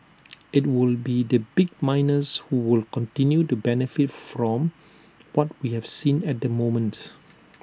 IT will be the big miners who will continue to benefit from what we have seen at the moment